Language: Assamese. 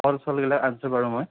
কল চলবিলাক আনিছো বাৰু মই